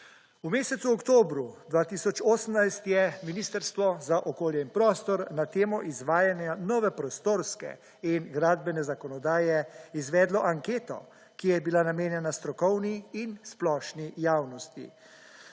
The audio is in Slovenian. V mesecu oktobru 2018 je Ministrstvo za okolje in prostor na temo izvajanja nove prostorske in gradbene zakonodaje izvedlo anketo, ki je bila namenjena strokovni in splošni javnosti.